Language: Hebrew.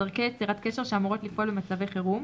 דרכי יצירת קשר שאמורות לפעול במצבי חירום,